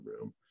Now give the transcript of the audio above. room